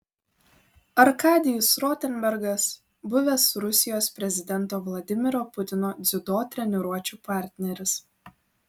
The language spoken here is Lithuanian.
arkadijus rotenbergas buvęs rusijos prezidento vladimiro putino dziudo treniruočių partneris